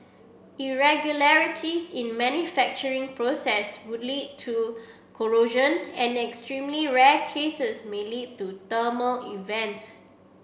irregularities in manufacturing process could lead to corrosion and in extremely rare cases may lead to event